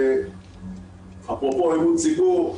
אפרופו אמון ציבור.